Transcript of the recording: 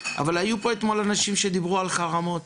אבל היו פה אתמול אנשים שדיברו על חרמות